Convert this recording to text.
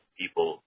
people